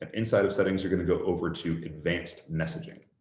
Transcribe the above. and inside of settings, you're going to go over to advanced messaging.